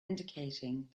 indicating